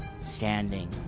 standing